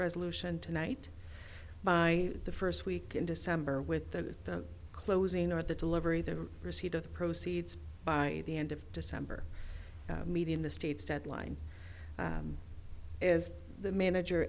resolution tonight by the first week in december with the closing or the delivery the receipt of the proceeds by the end of december meeting the state's deadline is the manager